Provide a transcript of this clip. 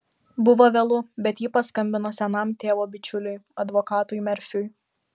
buvo vėlu bet ji paskambino senam tėvo bičiuliui advokatui merfiui